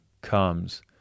comes